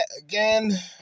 again